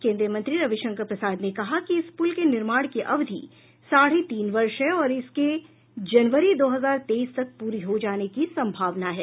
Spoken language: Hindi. केंद्रीय मंत्री रविशंकर प्रसाद ने कहा कि इस पुल के निर्माण की अवधि साढ़े तीन वर्ष है और इसके जनवरी दो हजार तेईस तक पूरी हो जाने की संभावना है